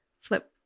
flip